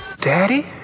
Daddy